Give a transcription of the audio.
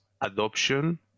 adoption